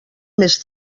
més